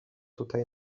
tutaj